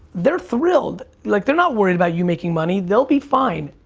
they're thrilled. like they're not worried about you making money. they'll be fine,